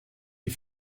die